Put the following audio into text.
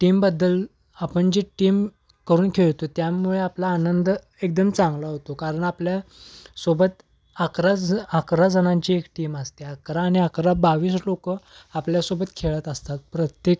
टीमबद्दल आपण जे टीम करून खेळतो त्यामुळे आपला आनंद एकदम चांगला होतो कारण आपल्यासोबत अकरा ज अकरा जणांची एक टीम असते अकरा आणि अकरा बावीस लोक आपल्यासोबत खेळत असतात प्रत्येक